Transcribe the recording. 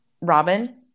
Robin